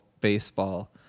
baseball